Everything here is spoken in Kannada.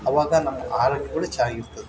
ಅವಾಗ ನಮ್ಮ ಆರೋಗ್ಯ ಕೂಡ ಚೆನ್ನಾಗಿರ್ತದೆ